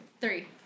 Three